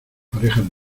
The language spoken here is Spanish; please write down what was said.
parejas